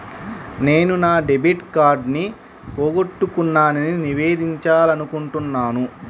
నేను నా డెబిట్ కార్డ్ని పోగొట్టుకున్నాని నివేదించాలనుకుంటున్నాను